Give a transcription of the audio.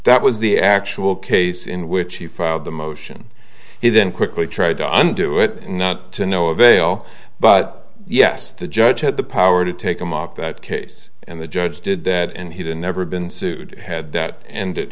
that was the actual case in which he filed the motion he then quickly tried to undo it not to no avail but yes the judge had the power to take a mock that case and the judge did that and he did never been sued had that ended